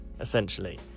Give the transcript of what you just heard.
essentially